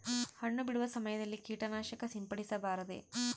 ಹಣ್ಣು ಬಿಡುವ ಸಮಯದಲ್ಲಿ ಕೇಟನಾಶಕ ಸಿಂಪಡಿಸಬಾರದೆ?